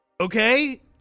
Okay